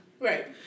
Right